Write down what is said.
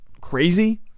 crazy